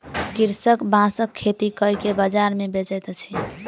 कृषक बांसक खेती कय के बाजार मे बेचैत अछि